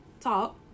talk